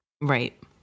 Right